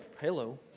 hello